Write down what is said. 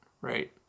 right